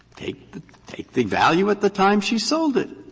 take the take the value at the time she sold it.